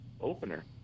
opener